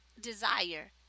desire